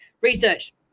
research